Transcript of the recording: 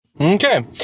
Okay